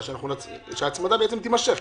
שההצמדה בעצם תימשך,